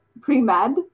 pre-med